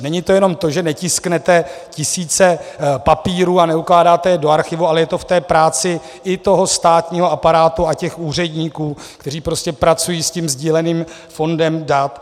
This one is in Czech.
Není to jenom to, že netisknete tisíce papírů a neukládáte je do archivu, ale je to v té práci i toho státního aparátu a těch úředníků, kteří prostě pracují s tím sdíleným fondem dat.